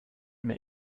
mir